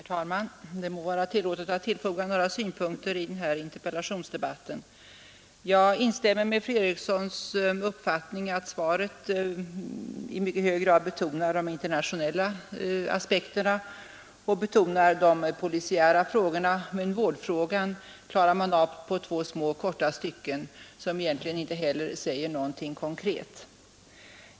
Herr talman! Det må vara tillåtet att tillfoga några synpunkter i denna interpellationsdebatt. Jag instämmer i fru Erikssons i Stockholm uppfattning att svaret i mycket hög grad betonar de internationella aspekterna och de polisiära frågorna, medan vårdfrågan klaras av i två korta stycken som egentligen inte säger någonting konkret.